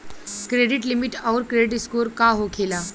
Credit limit आउर credit score का होखेला?